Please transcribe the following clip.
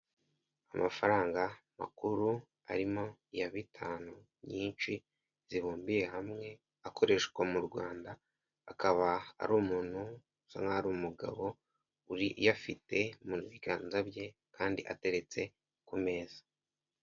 Amafaranga makuru arimo iya bitanu nyinshi zibumbiye hamwe; akoreshwa mu Rwanda, akaba ari umuntu usa nk'aho ari umugabo uyafite mu biganza bye kandi ateretse ku meza.